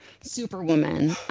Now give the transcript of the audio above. superwoman